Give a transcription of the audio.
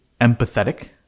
empathetic